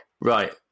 Right